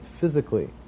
physically